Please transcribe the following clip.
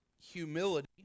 humility